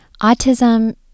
Autism